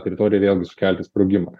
teritorijoj vėlgi sukelti sprogimą